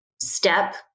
step